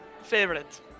favorite